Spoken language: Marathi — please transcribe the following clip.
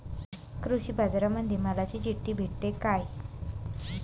कृषीबाजारामंदी मालाची चिट्ठी भेटते काय?